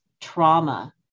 trauma